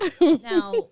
now